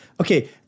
Okay